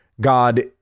God